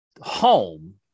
home